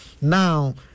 Now